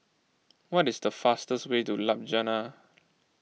what is the fastest way to Ljubljana